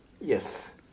Yes